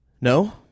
No